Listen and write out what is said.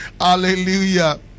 Hallelujah